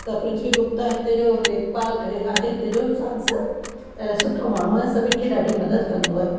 त पृथ्वी गुप्ता हिते जो लेखपाल आहे हिते जो सांसद ऐं सुठो माण्हू आहे सभिनि खे ॾाढी मदद कंदो आहे